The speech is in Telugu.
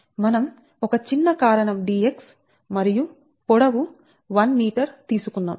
మనం ఒక చిన్న కారణం dx మరియు పొడవు 1m తీసుకున్నాం